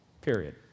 period